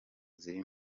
ziri